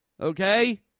Okay